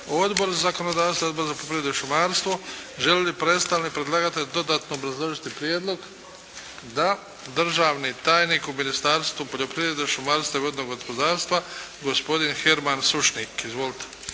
Odbor za zakonodavstvo, Odbor za poljoprivredu i šumarstvo. Želi li predstavnik predlagatelja dodatno obrazložiti prijedlog? Da. Državni tajnik u Ministarstvu poljoprivrede, šumarstva i vodnog gospodarstva gospodin Herman Sušnik. Izvolite.